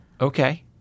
Okay